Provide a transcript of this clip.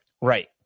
Right